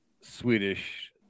Swedish